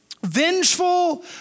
vengeful